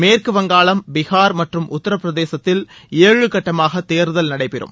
மேற்கு வங்காளம் பீஹார் மற்றும் உத்திரபிரதேசத்தில் ஏழு கட்டமாக தேர்தல் நடைபெறும்